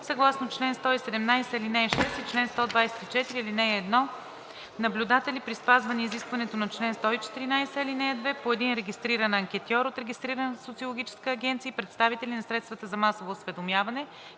съгласно чл. 117, ал. 6 и чл. 124, ал. 1, наблюдатели – при спазване изискването на чл. 114, ал. 2, по един регистриран анкетьор от регистрирана социологическа агенция и представители на средствата за масово осведомяване,